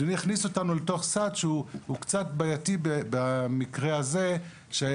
אדוני הכניס אותנו לתוך סד שהוא קצת בעייתי במקרה הזה שאנחנו